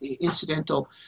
incidental